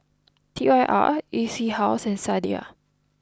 T Y R E C House and Sadia